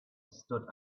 stood